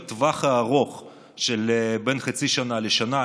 בטווח הארוך של בין חצי שנה לשנה,